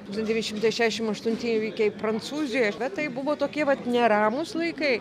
tūkstantis devyni šimtai šešiasdešimt aštunti įvykiai prancūzijoje bet tai buvo tokie vat neramūs laikai